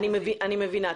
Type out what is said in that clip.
אני מבינה.